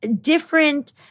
different